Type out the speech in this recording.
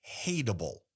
hateable